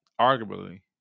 arguably